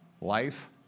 Life